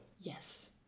Yes